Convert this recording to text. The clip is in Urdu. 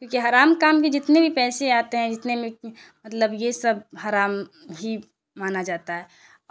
کیونکہ حرام کام کے جتنے بھی پیسے آتے ہیں جتنے میں مطلب یہ سب حرام ہی مانا جاتا ہے